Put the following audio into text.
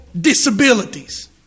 disabilities